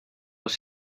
los